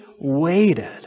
waited